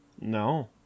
No